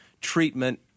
treatment